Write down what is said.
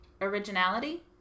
originality